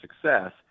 success